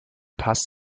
pass